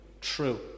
true